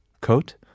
coat